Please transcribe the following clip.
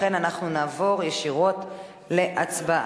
לכן אנחנו נעבור ישירות להצבעה.